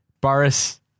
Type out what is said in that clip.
Boris